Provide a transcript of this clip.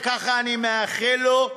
וככה אני מאחל לו,